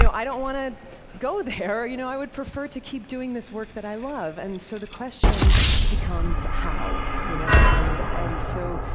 so i don't want to go there. you know i would prefer to keep doing this work that i love. and so, the question becomes, how? you know and and so,